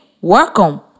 welcome